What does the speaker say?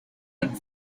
and